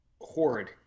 Horrid